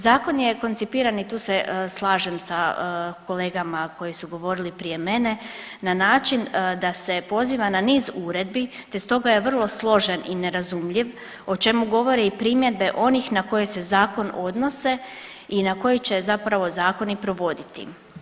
Zakon je koncipiran i tu se slažem sa kolegama koje su govorili prije mene, na način da se poziva na niz uredbi te stoga je vrlo složen i nerazumljiv, o čemu govori i primjedbe onih na koje se Zakon odnose i na koji će zapravo zakoni provoditi.